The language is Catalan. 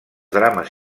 drames